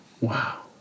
Wow